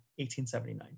1879